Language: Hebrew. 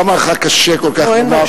למה קשה לך כל כך לומר,